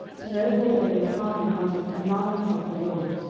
to know whether they would hearken unto the commandments of the lord,